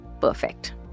perfect